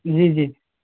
जी जी